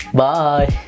bye